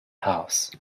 house